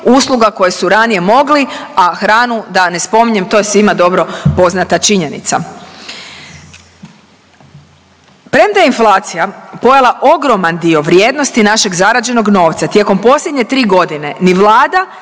usluga koje su ranije mogli, a hranu da ne spominjem, to je svima dobro poznata činjenica. Premda je inflacija pojela ogroman dio vrijednosti našeg zarađenog novca tijekom posljednje tri godine ni Vlada,